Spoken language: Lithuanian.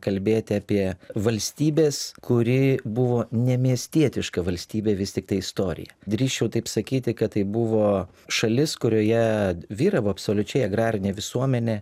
kalbėti apie valstybės kuri buvo nemiestietiška valstybė vis tiktai istoriją drįsčiau taip sakyti kad tai buvo šalis kurioje vyravo absoliučiai agrarinė visuomenė